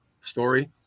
story